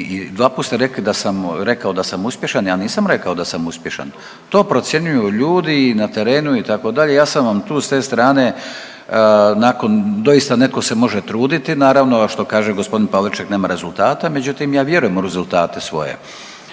i dva put ste rekli da sam rekao da sam uspješan. Ja nisam rekao da sam uspješan. To procjenjuju ljudi i na terenu itd., ja sam vam tu s te strane nakon doista neko se može truditi naravno što kaže gospodin Pavliček nema rezultata, međutim ja vjerujem u rezultate svoje.